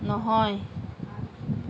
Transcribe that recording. নহয়